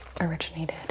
originated